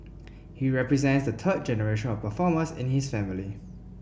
he represents the third generation of performers in his family